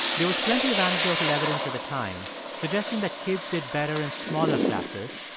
there was plenty of anecdotal evidence at the time suggesting that kids did better in smaller classes,